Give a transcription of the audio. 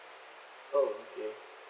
oh okay